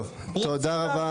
טוב, תודה רבה.